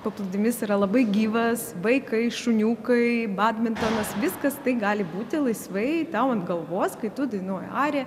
paplūdimys yra labai gyvas vaikai šuniukai badmintonas viskas tai gali būti laisvai tau ant galvos kai tu dainuoji ariją